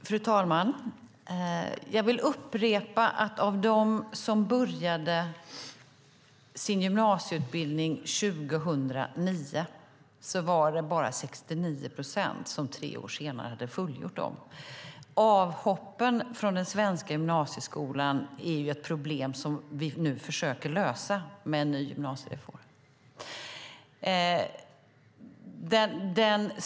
Fru talman! Jag vill upprepa att av dem som började sin gymnasieutbildning 2009 var det bara 69 procent som tre år senare hade fullgjort utbildningen. Avhoppen från den svenska gymnasieskolan är ett problem som vi nu försöker lösa med en ny gymnasiereform.